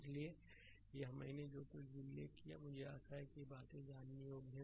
इसलिए यह मैंने जो कुछ भी उल्लेख किया है मुझे आशा है कि यह बातें जानने योग्य हैं